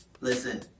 Listen